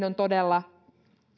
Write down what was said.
on todella